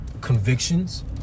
convictions